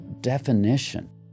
definition